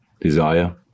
desire